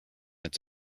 its